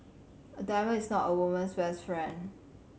a diamond is not a woman's best friend